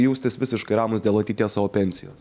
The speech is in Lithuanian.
jaustis visiškai ramūs dėl ateities savo pensijos